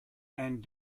and